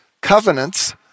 Covenants